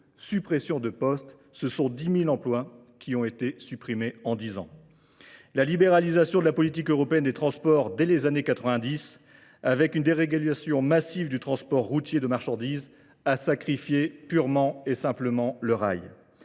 suppression de postes, ce sont 10 000 emplois qui ont été supprimés en 10 ans. La libéralisation de la politique européenne des transports dès les années 90, avec une dérégalation massive du transport routier de marchandises, a sacrifié purement et simplement le rail.